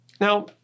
Now